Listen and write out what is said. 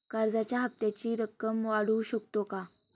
कर्जाच्या हप्त्याची रक्कम वाढवू शकतो का?